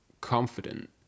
confident